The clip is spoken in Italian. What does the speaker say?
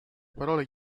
parole